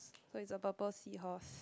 so it's a purple seahorse